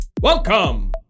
Welcome